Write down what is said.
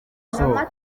sohoka